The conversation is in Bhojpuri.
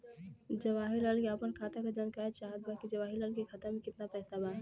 जवाहिर लाल के अपना खाता का जानकारी चाहत बा की जवाहिर लाल के खाता में कितना पैसा बा?